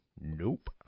Nope